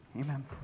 Amen